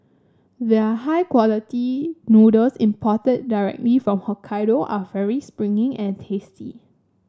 their high quality noodles imported directly from Hokkaido are very springy and tasty